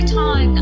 time